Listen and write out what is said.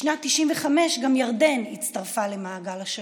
בשנת 1995 גם ירדן הצטרפה למעגל השלום.